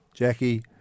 Jackie